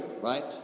right